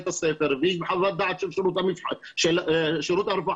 מביאים חוות דעת של מנהל בית הספר וחוות דעת של שירות הרווחה